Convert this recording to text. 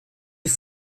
wie